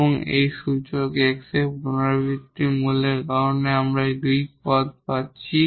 এবং এই এক্সপোনেনশিয়াল 𝑥 এই রিপিটেড রুটের কারণে আমরা এই দুটি টার্ম পাচ্ছি